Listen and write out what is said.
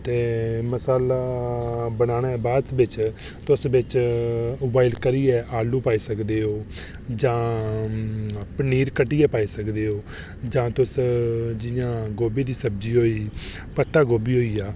ते मसाला बनाना दे बाद च तुस बिच बोआइल करियै तुस बिच आलू पाई सकदे ओ जां पनीर कड्ढियै पाई सकदे जां तुस जियां गोभी दी सब्जी होई गोई पा गोभी होई